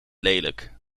lelijk